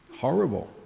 Horrible